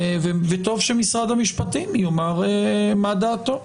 וטוב שמשרד המשפטים יאמר מה דעתו,